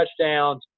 touchdowns